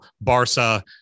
Barca